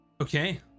okay